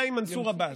אולי עם מנסור עבאס.